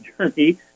journey